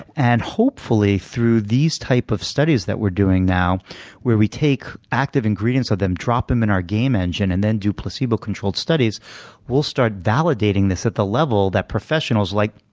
and hopefully, through these types of studies that we're doing now where we take active ingredients of them, drop them in our game engine, and then do placebo-controlled studies we'll start validating this at the level that professionals are like,